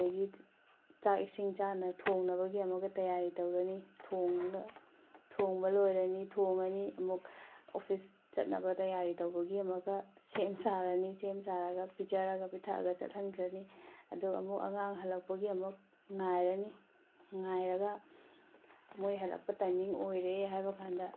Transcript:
ꯑꯗꯨꯗꯒꯤ ꯆꯥꯛ ꯏꯁꯤꯡ ꯆꯥꯅ ꯊꯣꯡꯅꯕꯒꯤ ꯑꯃꯨꯛꯀ ꯇꯩꯌꯥꯔꯤ ꯇꯧꯔꯅꯤ ꯊꯣꯡꯉꯒ ꯊꯣꯡꯕ ꯂꯣꯏꯔꯅꯤ ꯊꯣꯡꯉꯅꯤ ꯑꯃꯨꯛ ꯑꯣꯐꯤꯁ ꯆꯠꯅꯕ ꯇꯩꯌꯥꯔꯤ ꯇꯧꯕꯒꯤ ꯑꯃꯨꯛꯀ ꯁꯦꯝ ꯁꯥꯔꯅꯤ ꯁꯦꯝ ꯁꯥꯔꯒ ꯄꯤꯖꯔꯒ ꯄꯤꯊꯛꯑꯒ ꯆꯠꯍꯟꯈ꯭ꯔꯅꯤ ꯑꯗꯨꯒ ꯑꯃꯨꯛ ꯑꯉꯥꯡ ꯍꯜꯂꯛꯄꯒꯤ ꯑꯃꯨꯛ ꯉꯥꯏꯔꯅꯤ ꯉꯥꯏꯔꯒ ꯃꯣꯏ ꯍꯜꯂꯛꯄ ꯇꯥꯏꯃꯤꯡ ꯑꯣꯏꯔꯦ ꯍꯥꯏꯕꯀꯥꯟꯗ